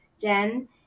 Jen